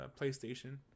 PlayStation